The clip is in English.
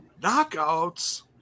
Knockouts